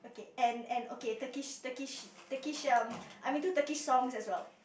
and and okay Turkish Turkish Turkish um I'm into Turkish songs as well